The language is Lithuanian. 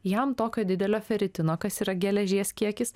jam tokio didelio feritino kas yra geležies kiekis